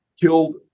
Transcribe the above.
Killed